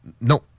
Non